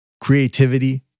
Creativity